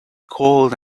cold